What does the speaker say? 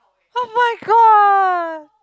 oh-my-god